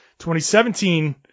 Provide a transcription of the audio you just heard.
2017